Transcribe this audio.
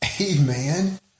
Amen